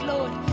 Lord